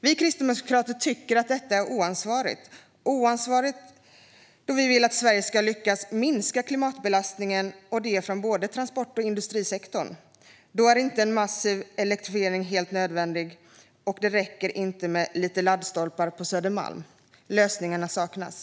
Vi kristdemokrater tycker att detta är oansvarigt, eftersom vi vill att Sverige ska lyckas minska klimatbelastningen från både transport och industrisektorn. Då är en massiv elektrifiering helt nödvändig - det räcker inte med några laddstolpar på Södermalm. Lösningarna saknas.